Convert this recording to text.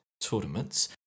tournaments